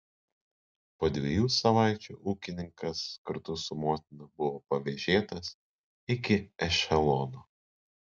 po dviejų savaičių ūkininkas kartu su motina buvo pavėžėtas iki ešelono